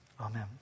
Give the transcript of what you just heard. Amen